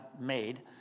made